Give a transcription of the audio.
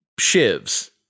shivs